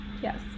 Yes